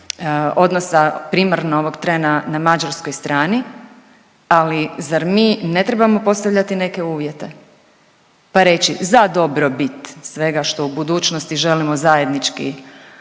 odnosa primarno ovog trena na mađarskoj strani. Ali zar mi ne trebamo postavljati neke uvjete pa reći za dobrobit svega što u budućnosti želimo zajednički